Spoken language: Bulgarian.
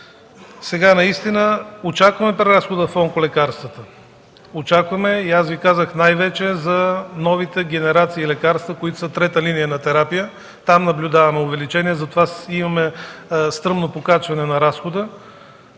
пропуски. Очакваме преразход в онколекарствата. Аз Ви казах, най-вече за новите генерации лекарства, които са трета линия на терапия. Там наблюдаваме увеличение, затова имаме стръмно покачване на разхода.